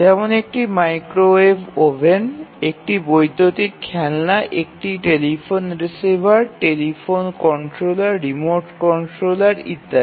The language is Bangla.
যেমন একটি মাইক্রোওয়েভ ওভেন একটি বৈদ্যুতিন খেলনা একটি telephone receiver television controller remote controller ইত্যাদি